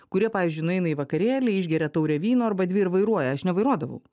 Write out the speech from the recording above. kurie pavyzdžiui nueina į vakarėlį išgeria taurę vyno arba dvi ir vairuoja aš nevairuodavau